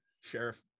Sheriff